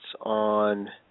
on